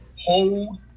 hold